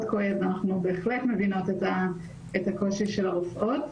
כואב ואנחנו בהחלט מבינות את הקושי של הרופאות.